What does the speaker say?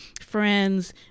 friends